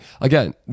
again